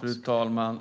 Fru talman!